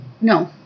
no